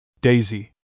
Daisy